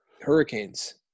Hurricanes